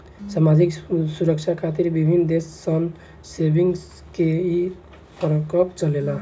सामाजिक सुरक्षा खातिर विभिन्न देश सन में सेविंग्स के ई प्रकल्प चलेला